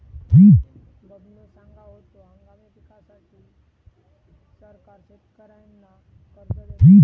बबनो सांगा होतो, हंगामी पिकांसाठी सरकार शेतकऱ्यांना कर्ज देता